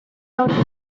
out